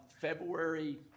February